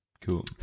cool